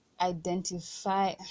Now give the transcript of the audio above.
identify